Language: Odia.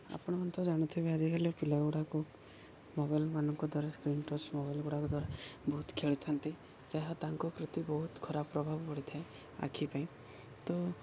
ଆପଣମାନେ ତ ଜାଣିଥିବେ ଆଜିକାଲି ପିଲା ଗୁଡ଼ାକୁ ମୋବାଇଲ୍ମାନଙ୍କ ଦ୍ୱାରା ସ୍କ୍ରିନ୍ ଟଚ୍ ମୋବାଇଲ୍ ଗୁଡ଼ାକ ଦ୍ୱାରା ବହୁତ ଖେଳିଥାନ୍ତି ଯାହା ତାଙ୍କ ପ୍ରତି ବହୁତ ଖରାପ ପ୍ରଭାବ ପଡ଼ିଥାଏ ଆଖି ପାଇଁ ତ